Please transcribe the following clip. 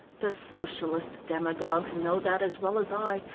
the socialist demagogues know that as well as i,